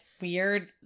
Weird